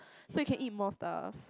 so you can eat more stuff